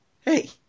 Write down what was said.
hey